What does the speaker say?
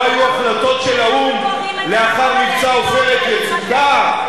לא היו החלטות של האו"ם לאחר מבצע "עופרת יצוקה"?